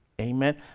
Amen